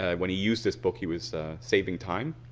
when he used this book, he was saving time.